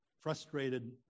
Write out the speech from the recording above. frustrated